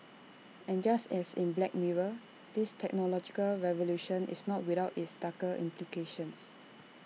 and just as in black mirror this technological revolution is not without its darker implications